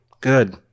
Good